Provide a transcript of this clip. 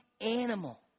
animal